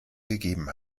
gegeben